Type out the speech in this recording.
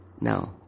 no